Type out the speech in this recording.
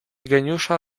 geniusza